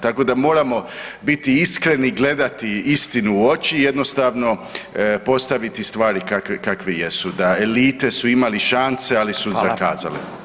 Tako da moramo biti iskreni i gledati istinu u oči i jednostavno postaviti stvari kakve jesu, da elite su imali šanse ali su zakazali.